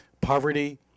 poverty